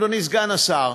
אדוני סגן השר,